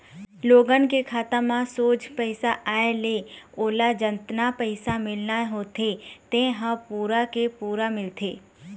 लोगन के खाता म सोझ पइसा आए ले ओला जतना पइसा मिलना होथे तेन ह पूरा के पूरा मिलथे